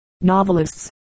novelists